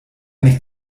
nicht